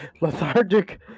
lethargic